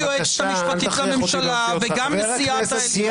-- גם היועצת המשפטית לממשלה וגם נשיאת העליון.